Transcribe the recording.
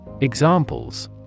Examples